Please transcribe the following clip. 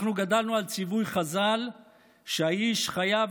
אנחנו גדלנו על ציווי חז"ל שהאיש חייב